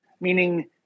meaning